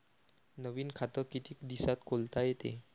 नवीन खात कितीक दिसात खोलता येते?